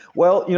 well, you know